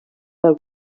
del